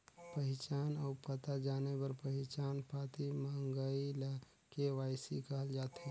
पहिचान अउ पता जाने बर पहिचान पाती मंगई ल के.वाई.सी कहल जाथे